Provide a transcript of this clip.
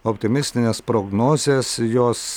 optimistinės prognozės jos